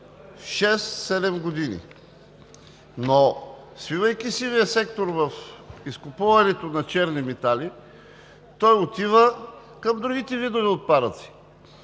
– 7 години, но свивайки сивия сектор в изкупуването на черни метали, той отива към другите видове отпадъци